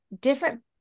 different